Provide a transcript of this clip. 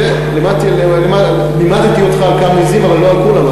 כן, לימדתי אותך על כמה עזים, אבל לא על כולן.